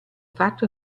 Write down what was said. fatto